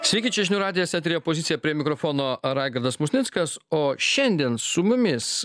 sveiki čia žinių radijas eteryje pozicija prie mikrofono raigardas musnickas o šiandien su mumis